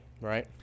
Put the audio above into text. Right